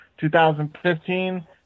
2015